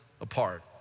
apart